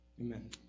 Amen